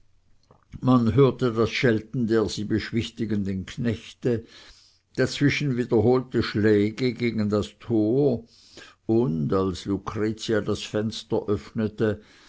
man hörte das schelten der sie beschwichtigenden knechte dazwischen wiederholte schläge gegen das tor und als lucretia das fenster öffnete